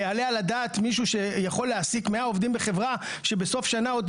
היעלה על הדעת מישהו שיכול להעסיק 100 עובדים בחברה שבסוף שנה עוד